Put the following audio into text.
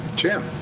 jim?